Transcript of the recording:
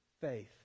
faith